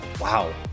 Wow